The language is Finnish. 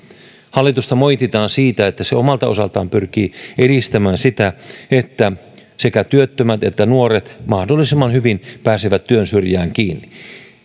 hallitusta moititaan siitä että se omalta osaltaan pyrkii edistämään sitä että sekä työttömät että nuoret mahdollisimman hyvin pääsevät työn syrjään kiinni